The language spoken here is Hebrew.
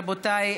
רבותיי,